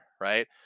right